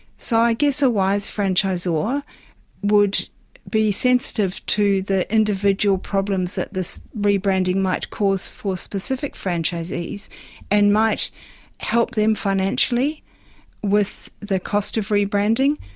so i guess a wise franchisor ah would be sensitive to the individual problems that this rebranding might cause for specific franchisees and might help them financially with the cost of rebranding.